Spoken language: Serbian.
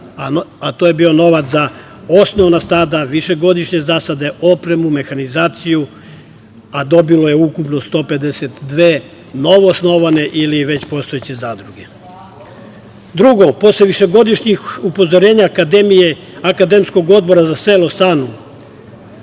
a to je bio novac za osnovna stada, višegodišnje zasade, opreme, mehanizaciju, a dobilo je ukupno 152 novoosnovane ili već postojeće zadruge. Drugo, posle višegodišnjih upozorenja akademskog odbora za selo SANU